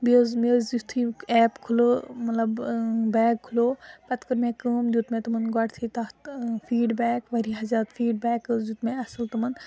بیٚیہِ حَظ مےٚ حَظ یُتھُے ایپ کھُلو مطلب بیگ کھُلو پَتہٕ کٔر مےٚ کٲم دیُت مےٚ تمَن گۄڈتھٕے تَتھ فیٖڈبیک واریاہ زیادٕ فیٖڈبیک حَظ دیُت مےٚ اَصٕل تمَن